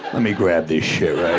let me grab this